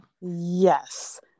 Yes